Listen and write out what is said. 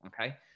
okay